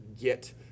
get